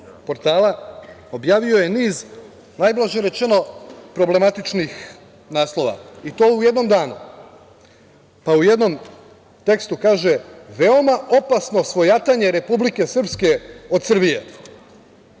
kontrolom, objavio je niz, najblaže rečeno, problematičnih naslova, i to u jednom danu. U jednom tekstu kaže – veoma opasno svojatanje Republike Srpske od Srbije.